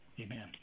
Amen